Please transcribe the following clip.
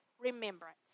remembrance